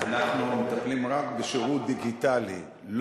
אנחנו מטפלים רק בשירות דיגיטלי.